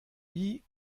wie